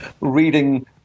reading